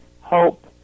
hope